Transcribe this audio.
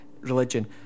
religion